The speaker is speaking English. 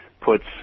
puts